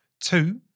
Two